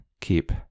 keep